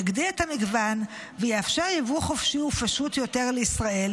יגדיל את המגוון ויאפשר יבוא חופשי ופשוט יותר לישראל,